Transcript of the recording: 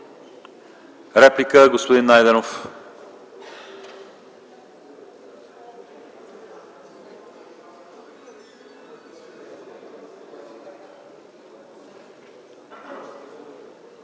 реплика – господин Найденов.